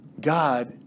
God